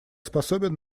способен